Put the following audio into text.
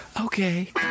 okay